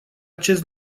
acest